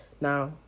Now